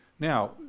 Now